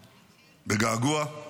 בגעגוע,